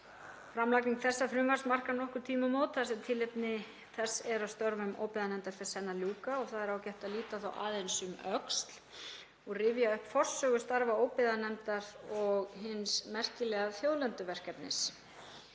Framlagning þessa frumvarps markar nokkur tímamót þar sem tilefni þess er að störfum óbyggðanefndar fer senn að ljúka og þá er ágætt að líta aðeins um öxl og rifja upp forsögu starfa óbyggðanefndar og hins merkilega þjóðlenduverkefnis.